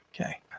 Okay